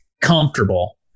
comfortable